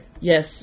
Yes